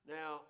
Now